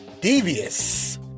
devious